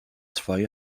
zwei